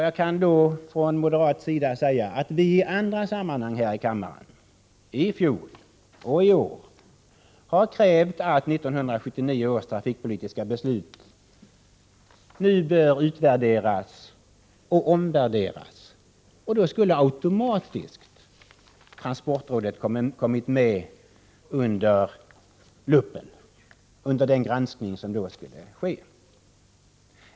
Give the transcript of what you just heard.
Jag kan då säga att vi moderater i andra sammanhang här i kammaren, i fjol och i år, har krävt att 1979 års trafikpolitiska beslut utvärderas och omvärderas. Därmed skulle transportrådet automatiskt ha kommit under luppen vid den granskning som då skulle ske.